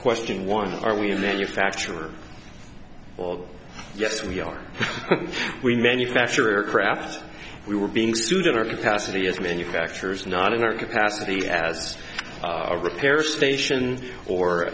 question one are we a manufacturer or yes we are we manufacture aircraft we were being sued in our capacity as manufacturers not in our capacity as a repair station or